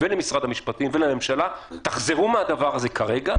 למשרד המשפטים ולממשלה: תחזרו מהדבר הזה כרגע,